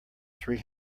three